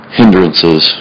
hindrances